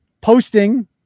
posting